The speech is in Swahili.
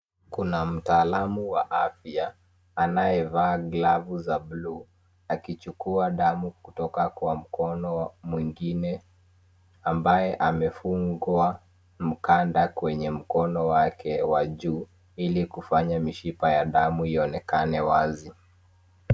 Kuna mtaalamu wa afya anayevaa glavu za buluu akichukua damu kutoka kwa mkono mwingine ambaye amefungwa mkanda kwenye mkono wake wa juu ili kufanya mishipa ya damu ionekane wazi.